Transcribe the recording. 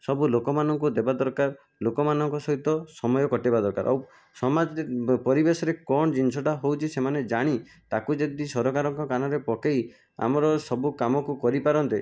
ସବୁ ଲୋକମାନଙ୍କୁ ଦେବା ଦରକାର ଲୋକମାନଙ୍କ ସହିତ ସମୟ କଟାଇବା ଦରକାର ଆଉ ସମାଜ ପରିବେଶରେ କଣ ଜିନିଷଟା ହେଉଛି ସେମାନେ ଜାଣି ତାକୁ ଯଦି ସରକାରଙ୍କ କାନରେ ପକାଇ ଆମର ସବୁ କାମକୁ କରି ପାରନ୍ତେ